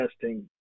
testing